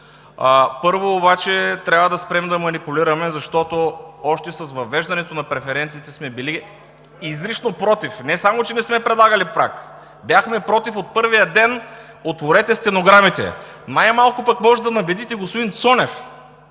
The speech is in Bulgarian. Първо, обаче, трябва да спрем да манипулираме, защото още с въвеждането на преференциите сме били изрично против. Не само че не сме предлагали праг, бяхме против от първия ден. Отворете стенограмите. Най-малко пък може да набедите господин Цонев,